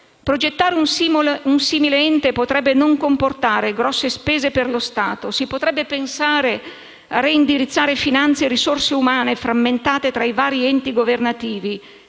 Progettare un simile ente potrebbe non comportare grosse spese per lo Stato. Si potrebbe pensare a reindirizzare finanze e risorse umane frammentate tra i vari enti governativi,